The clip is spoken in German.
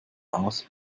aus